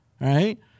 right